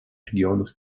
регионах